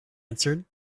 answered